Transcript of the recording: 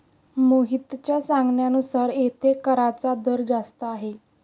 मोहितच्या सांगण्यानुसार येथे कराचा दर जास्त आहे